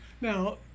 now